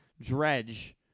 Dredge